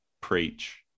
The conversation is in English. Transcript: preach